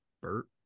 Bert